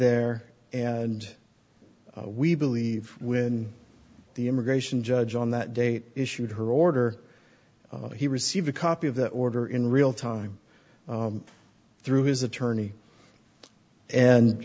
there and we believe when the immigration judge on that date issued her order he received a copy of the order in real time through his attorney and